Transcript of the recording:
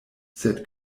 sed